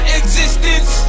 existence